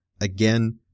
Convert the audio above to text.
Again